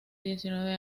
diecinueve